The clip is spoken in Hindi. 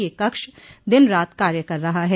यह कक्ष दिन रात कार्य कर रहा है